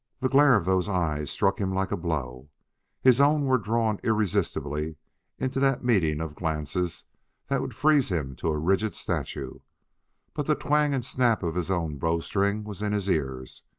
the glare of those eyes struck him like a blow his own were drawn irresistibly into that meeting of glances that would freeze him to a rigid statue but the twang and snap of his own bowstring was in his ears,